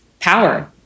power